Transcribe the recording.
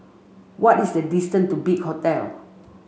what is the distance to Big Hotel